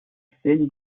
thin